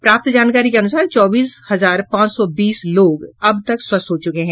प्राप्त जानकारी के अनुसार चौबीस हजार पांच सौ बीस लोग अब तक स्वस्थ हो चुके हैं